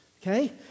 Okay